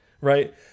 right